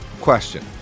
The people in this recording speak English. Question